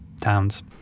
towns